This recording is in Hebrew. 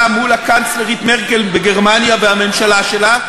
מול הקנצלרית מרקל בגרמניה והממשלה שלה.